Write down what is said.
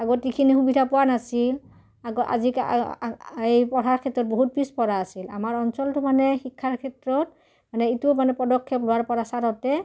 আগত এইখিনি সুবিধা পোৱা নাছিল আকৌ আজি ক এই পঢ়াৰ ক্ষেত্ৰত বহুত পিছপৰা আছিল আমাৰ অঞ্চলটো মানে শিক্ষাৰ ক্ষেত্ৰত মানে এইটো মানে পদক্ষেপ লোৱাৰ পৰা ছাৰহঁতে